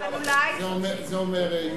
זה אומר,